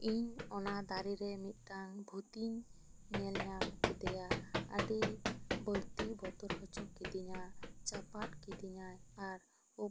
ᱤᱧ ᱚᱱᱟ ᱫᱟᱨᱮ ᱨᱮ ᱢᱤᱫᱴᱟᱝ ᱵᱷᱩᱛᱤᱧ ᱧᱮᱞ ᱧᱟᱢ ᱠᱮᱫᱮᱭᱟ ᱟᱹᱰᱤ ᱵᱟᱹᱲᱛᱤ ᱵᱚᱛᱚᱨ ᱦᱚᱪᱚ ᱠᱤᱫᱤᱧᱟ ᱪᱟᱯᱟᱫ ᱠᱤᱫᱤᱧᱟᱭ ᱟᱨ ᱩᱵᱽ ᱠᱚ